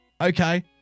Okay